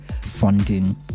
funding